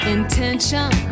Intention